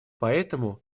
поэтому